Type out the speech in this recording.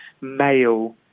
male